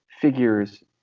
figures